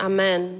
Amen